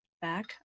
back